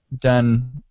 done